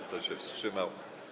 Kto się wstrzymał?